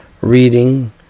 reading